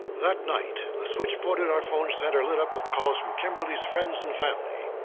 that night, the switchboard at our phone center lit up with calls from kimberly's friends and family.